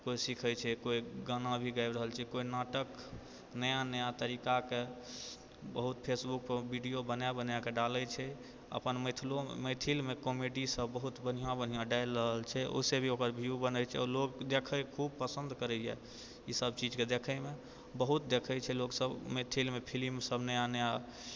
कोइ सीखै छै कोइ गाना भी गाबि रहल छै कोइ नाटक नया नया तरिकाके बहुत फेसबुकपर वीडियो बना बनाके डालै छै अपन मिथिलोमे मैथिलमे कॉमेडी सब बहुत बढ़िआँ बढ़िआँ डालि रहल छै ओहिसँ भी ओकर व्यू बनै छै आओर लोक देखै खूब पसन्द करैय ई सब चीजके देखैमे बहुत देखै छै लोक सब मैथिलमे फिल्म सब नया नया